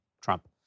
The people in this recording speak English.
Trump